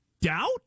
doubt